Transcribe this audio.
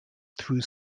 through